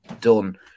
done